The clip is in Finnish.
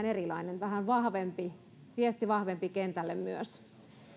erilainen vähän vahvempi viesti kentälle myös